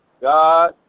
God